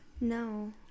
No